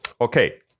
Okay